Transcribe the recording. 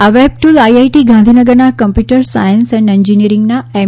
આ web tool IIT ગાંધીનગરના computer science and એન્જિનિયરિંગના એમ